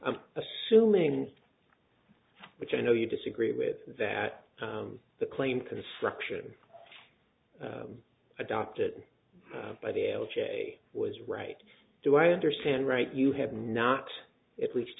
i'm assuming which i know you disagree with that the claim construction adopted by the l g a was right do i understand right you have not at least